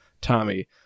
Tommy